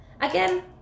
again